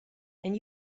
and